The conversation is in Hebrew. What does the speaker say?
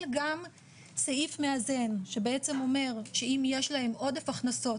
גם סעיף מאזן שבעצם אומר שאם יש להם עודף הכנסות,